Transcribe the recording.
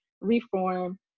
reform